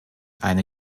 eine